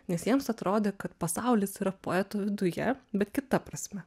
nes jiems atrodė kad pasaulis yra poeto viduje bet kita prasme